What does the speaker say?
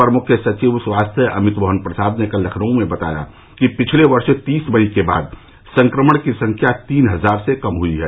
अपर मुख्य सचिव स्वास्थ्य अमित मोहन प्रसाद ने कल लखनऊ में बताया कि पिछले वर्ष तीस मई के बाद संक्रमण की संख्या तीन हजार से कम हुई है